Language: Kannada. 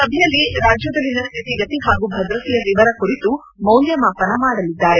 ಸಭೆಯಲ್ಲಿ ರಾಜ್ಜದಲ್ಲಿನ ಸ್ವಿತಿಗತಿ ಹಾಗೂ ಭದ್ರತೆಯ ವಿವರ ಕುರಿತು ಮೌಲ್ಯಮಾಪನ ಮಾಡಲಿದ್ದಾರೆ